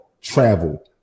travel